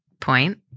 point